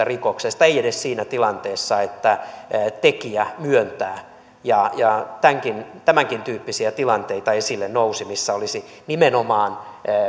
rikoksesta ei edes siinä tilanteessa että tekijä myöntää ja ja tämänkin tämänkin tyyppisiä tilanteita esille nousi missä olisi nimenomaan